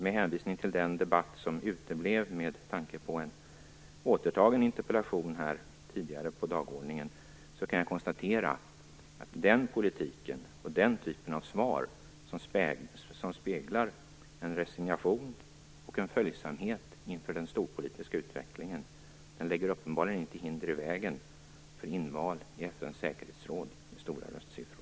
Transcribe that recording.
Med hänvisning till den debatt som uteblev med tanke på en återtagen interpellation tidigare på dagordningen kan jag konstatera att den politik och den typ av svar som speglar en resignation och en följsamhet inför den storpolitiska utvecklingen uppenbarligen inte lägger hinder i vägen för inval i FN:s säkerhetsråd med stora röstsiffor.